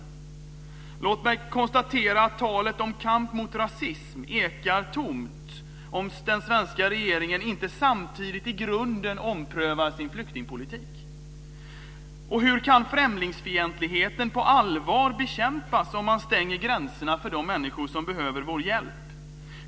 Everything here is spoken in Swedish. Låt mig konstatera att talet om kamp mot rasism ekar tomt om den svenska regeringen inte samtidigt i grunden omprövar sin flyktingpolitik. Och hur kan främlingsfientligheten på allvar bekämpas om man stänger gränserna för de människor som behöver vår hjälp?